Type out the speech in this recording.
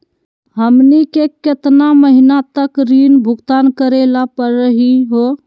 हमनी के केतना महीनों तक ऋण भुगतान करेला परही हो?